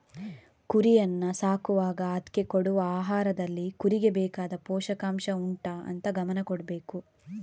ಕುರಿಯನ್ನ ಸಾಕುವಾಗ ಅದ್ಕೆ ಕೊಡುವ ಆಹಾರದಲ್ಲಿ ಕುರಿಗೆ ಬೇಕಾದ ಪೋಷಕಾಂಷ ಉಂಟಾ ಅಂತ ಗಮನ ಕೊಡ್ಬೇಕು